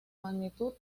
magnitud